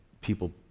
people